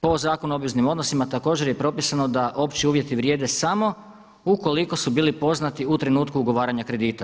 Po Zakonu o obveznim odnosima također je propisano da opći uvjeti vrijede samo ukoliko su bili poznati u trenutku ugovaranja kredita.